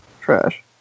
trash